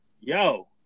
yo